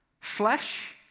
flesh